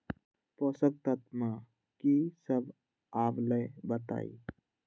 पोषक तत्व म की सब आबलई बताई?